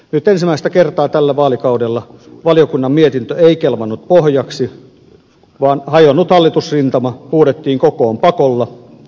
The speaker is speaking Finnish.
nyt ensimmäistä kertaa tällä vaalikaudella valiokunnan mietintö ei kelvannut pohjaksi vaan hajonnut hallitusrintama huudettiin kokoon pakolla